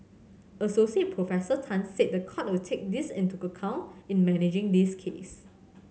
Associate Professor Tan said the court will take this into account in managing this case